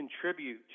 contribute